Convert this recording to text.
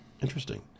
Interesting